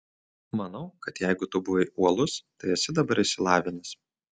manau kad jeigu tu buvai uolus tai esi dabar išsilavinęs